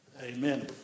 Amen